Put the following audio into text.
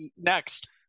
next